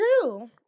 true